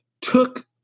took